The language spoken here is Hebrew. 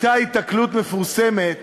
אותה היתקלות מפורסמת